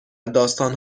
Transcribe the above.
داستان